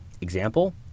Example